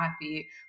happy